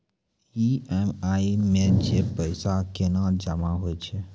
EMI मे जे पैसा केना जमा होय छै?